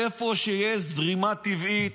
איפה שיש זרימה טבעית,